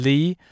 Lee